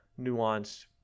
nuanced